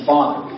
Father